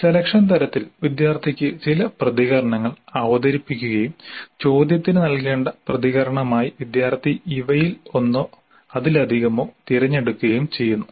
selection തരത്തിൽ വിദ്യാർത്ഥിക്ക് ചില പ്രതികരണങ്ങൾ അവതരിപ്പിക്കുകയും ചോദ്യത്തിന് നൽകേണ്ട പ്രതികരണമായി വിദ്യാർത്ഥി ഇവയിൽ ഒന്നോ അതിലധികമോ തിരഞ്ഞെടുക്കുകയും ചെയ്യുന്നു